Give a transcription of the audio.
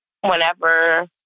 Whenever